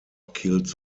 killed